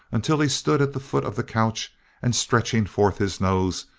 until he stood at the foot of the couch and stretching forth his nose,